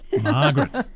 Margaret